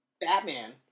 Batman